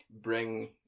bring